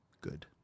good